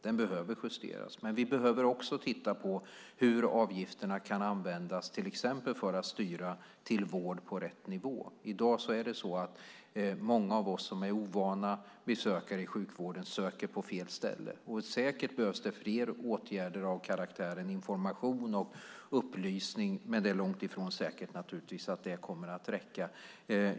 Den behöver justeras, men vi behöver också titta på hur avgifterna kan användas till exempel för att styra till vård på rätt nivå. I dag är det så att många av oss som är ovana söker på fel ställen i sjukvården. Säkert behövs det fler åtgärder av karaktären information och upplysning. Men det är naturligtvis långt ifrån säkert att det kommer att räcka.